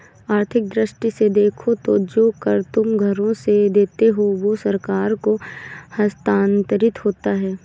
आर्थिक दृष्टि से देखो तो जो कर तुम घरों से देते हो वो सरकार को हस्तांतरित होता है